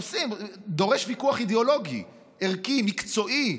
זה דורש ויכוח אידיאולוגי, ערכי, מקצועי.